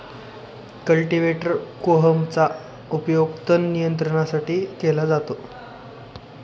cultivator कोहमचा उपयोग तण नियंत्रणासाठी केला जातो